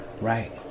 Right